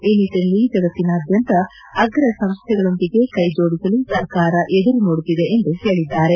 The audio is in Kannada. ಈ ನಿಟ್ಲನಲ್ಲಿ ಜಗತ್ತಿನಾದ್ಗಂತ ಆಗ್ರ ಸಂಸ್ಲೆಗಳೊಂದಿಗೆ ಕೈಜೋಡಿಸಲು ಸರ್ಕಾರ ಎದುರು ನೋಡುತ್ತಿದೆ ಎಂದು ಹೇಳಿದ್ದಾರೆ